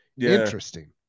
interesting